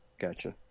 gotcha